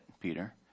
Peter